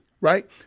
right